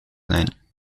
sein